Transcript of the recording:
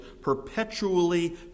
perpetually